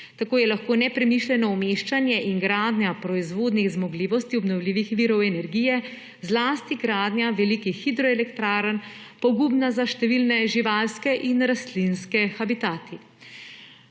Tako sta lahko nepremišljeno umeščanje in gradnja proizvodnih zmogljivosti obnovljivih virov energije, zlasti gradnja velikih hidroelektrarn, pogubna za številne živalske in rastlinske habitate.